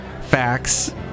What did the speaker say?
facts